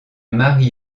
mari